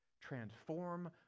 transform